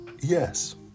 Yes